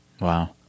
Wow